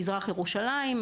מזרח ירושלים,